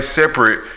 separate